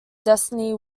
destiny